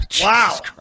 Wow